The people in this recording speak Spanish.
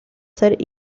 ser